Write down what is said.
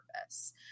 purpose